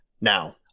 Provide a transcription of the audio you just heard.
Now